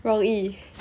容易